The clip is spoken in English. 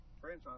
franchise